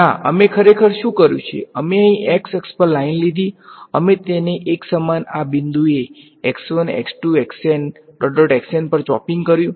ના અમે ખરેખર શું કર્યું તે અમે અહીં x અક્ષ પર લાઈન લીધી અમે તેને એકસમાન આ બિંદુએ પર ચોપિંગ કર્યુ